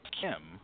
Kim